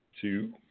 Two